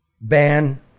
ban